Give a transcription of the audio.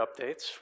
updates